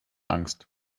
angst